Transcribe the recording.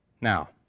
Now